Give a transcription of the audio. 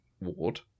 ward